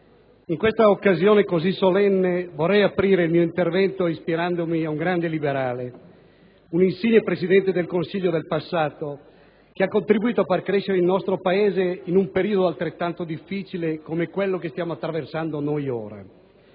in questa occasione così solenne vorrei aprire il mio intervento ispirandomi a un grande liberale, un insigne Presidente del Consiglio del passato che ha contributo a far crescere il nostro Paese in un periodo difficile come quello che stiamo attraversando noi ora: